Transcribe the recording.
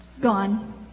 gone